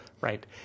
right